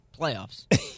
playoffs